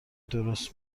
درست